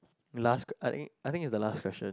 last que~ I think I think it's the last question